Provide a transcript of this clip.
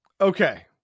Okay